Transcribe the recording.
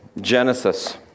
Genesis